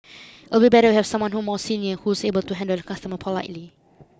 it'll be better to have someone more senior who's able to handle the customer politely